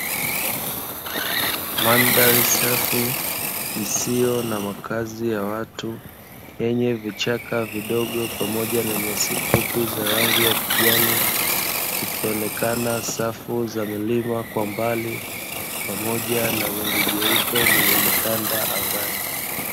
Mandhari safi isiyo na makazi ya watu, yenye vichaka vidogo pamoja na nyasi fupi zenye rangi ya kijani, zikionekana safu za milima kwa mbali pamoja na wingu jeupe lililotanda angani.